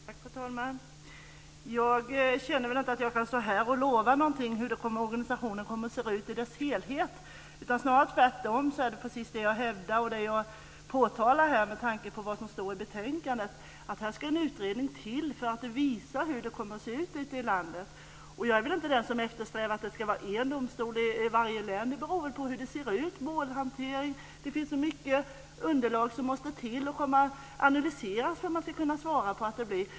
Fru talman! Jag känner inte att jag kan stå här och lova hur organisationen kommer att se ut i sin helhet. Snarare är det tvärtom precis det jag hävdar och påtalar här, med tanke på vad som står i betänkandet. Det ska till en utredning för att visa hur det kommer att se ut ute i landet. Jag är inte den som eftersträvar att det ska vara en domstol i varje län. Det beror på hur det ser ut med t.ex. målhantering. Det är mycket underlag som måste analyseras för att man ska kunna svara på hur det blir.